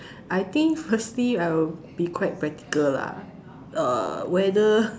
I think firstly I will be quite practical lah err whether